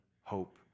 hope